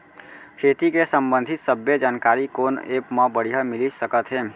खेती के संबंधित सब्बे जानकारी कोन एप मा बढ़िया मिलिस सकत हे?